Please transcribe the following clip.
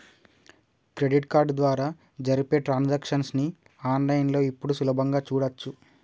credit card ద్వారా జరిపే transactions ని ఆన్ లైన్ లో ఇప్పుడు సులభంగా చూడచ్చు